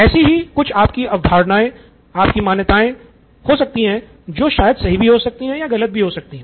ऐसी ही कुछ आपकी धारणाएँ या मान्यताएँ हो सकती हैं जो शायद सही भी हो सकती हैं या गलत भी हो सकती हैं